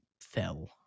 fell